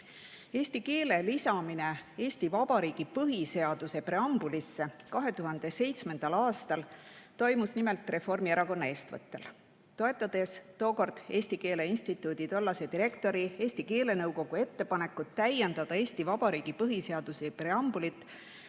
Eesti keele lisamine Eesti Vabariigi põhiseaduse preambulisse 2007. aastal toimus nimelt Reformierakonna eestvõttel, kui me toetasime Eesti Keele Instituudi tollase direktori ja Eesti keelenõukogu ettepanekut täiendada Eesti Vabariigi põhiseaduse preambulit,